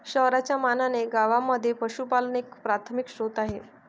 शहरांच्या मानाने गावांमध्ये पशुपालन एक प्राथमिक स्त्रोत आहे